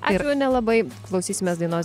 ačiū une abai klausysimės dainos